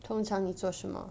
通常你做什么